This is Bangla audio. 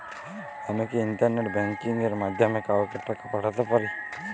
আমি কি ইন্টারনেট ব্যাংকিং এর মাধ্যমে কাওকে টাকা পাঠাতে পারি?